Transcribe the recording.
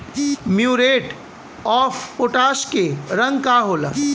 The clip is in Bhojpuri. म्यूरेट ऑफपोटाश के रंग का होला?